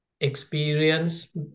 experience